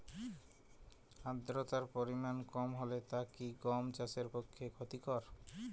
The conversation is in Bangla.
আর্দতার পরিমাণ কম হলে তা কি গম চাষের পক্ষে ক্ষতিকর?